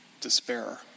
despair